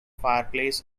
fireplace